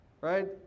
right